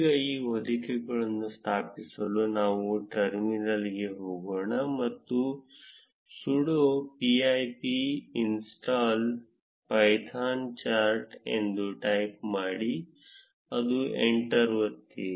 ಈಗ ಈ ಹೊದಿಕೆಯನ್ನು ಸ್ಥಾಪಿಸಲು ನಾವು ಟರ್ಮಿನಲ್ಗೆ ಹೋಗೋಣ ಮತ್ತು ಸುಡು pip ಇನ್ಸ್ಟಾಲ್ ಪೈಥಾನ್ ಹೈಚಾರ್ಟ್ ಎಂದು ಟೈಪ್ ಮಾಡಿ ಮತ್ತು ಎಂಟರ್ ಒತ್ತಿರಿ